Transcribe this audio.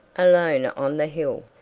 alone on the hill,